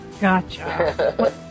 Gotcha